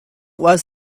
was